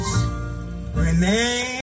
remain